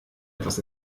etwas